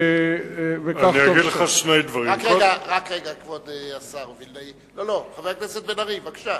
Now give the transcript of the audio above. חבר הכנסת בן-ארי, בבקשה.